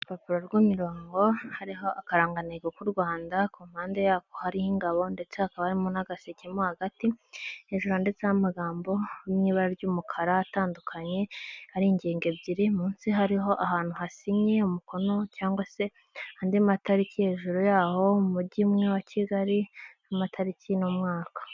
Urupapuro rw'imirongo hariho akaranganeko k'u rwanda ku mpande yako hariho ingabo ndetse hakaba harimo n'agaseke mo hagati, hejuru handitseho amagambo ari mw'ibara ry'umukara atandukanye, ari ingingo ebyiri munsi hariho ahantu hasinye umukono cyangwa se andi matariki hejuru yaho umujyi umwe wa kigali n' amatariki n'umwaka.